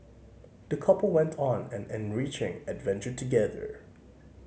the couple went on an enriching adventure together